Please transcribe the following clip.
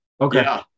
Okay